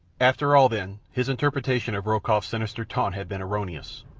after all, then, his interpretation of rokoff's sinister taunt had been erroneous,